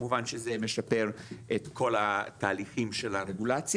כמובן שזה משפר את כל התהליכים של הרגולציה.